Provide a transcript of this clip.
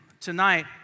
Tonight